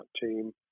team